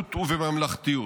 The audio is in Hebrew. בצניעות ובממלכתיות.